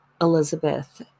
Elizabeth